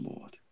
Lord